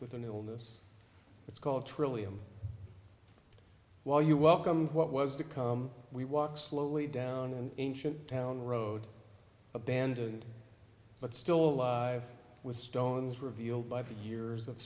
with an illness it's called trillium while you welcomed what was to come we walked slowly down an ancient town road abandoned but still alive with stones revealed by the years of